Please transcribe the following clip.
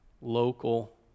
local